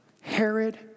Herod